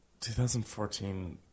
2014